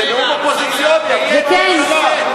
זה נאום אופוזיציוני, אז צאו מהממשלה.